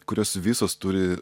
kurios visos turi